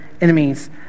enemies